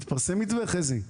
התפרסם מתווה, חזי?